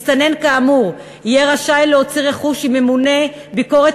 מסתנן כאמור יהיה רשאי להוציא רכוש אם ממונה ביקורת